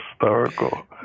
historical